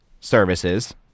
services